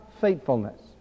faithfulness